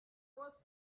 was